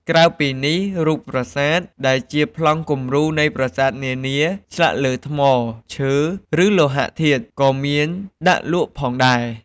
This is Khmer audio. ក្រៅពីនេះ រូបប្រាសាទ ដែលជាប្លង់គំរូនៃប្រាសាទនានា ឆ្លាក់លើថ្ម ឈើ ឬលោហៈធាតុ ក៏មានដាក់លក់ផងដែរ។